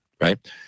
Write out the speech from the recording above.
Right